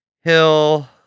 hill